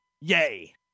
Yay